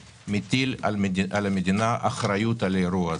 מטילה על המדינה אחריות על האירוע הזה.